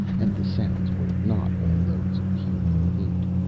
and the sounds were not all those of human feet.